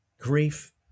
grief